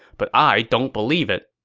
but i don't believe it.